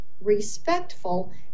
respectful